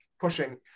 pushing